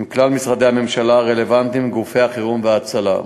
עם כלל משרדי הממשלה הרלוונטיים וגופי החירום וההצלה.